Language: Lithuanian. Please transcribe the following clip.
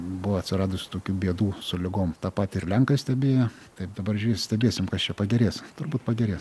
buvo atsiradusių tokių bėdų su ligom tą patį ir lenkai stebėjo taip dabar stebėsim kas čia pagerės turbūt pagerės